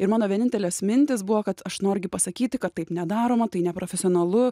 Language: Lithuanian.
ir mano vienintelės mintys buvo kad aš noriu pasakyti kad taip nedaroma tai neprofesionalu